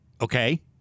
Okay